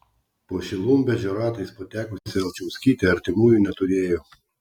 po šilumvežio ratais patekusi alčauskytė artimųjų neturėjo